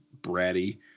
bratty